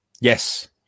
Yes